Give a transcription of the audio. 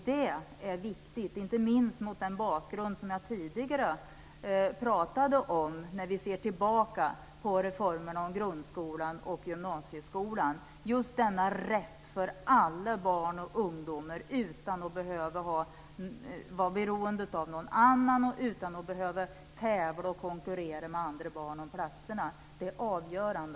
Det är viktigt, inte minst mot den bakgrund som jag tidigare pratade om när vi ser tillbaka på reformerna om grundskolan och gymnasieskolan, alltså just rätten för alla barn och ungdomar utan att man behöver vara beroende av någon annan och utan att behöva tävla och konkurrera med andra barn om platserna. Det är avgörande.